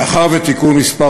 מאחר שתיקון מס'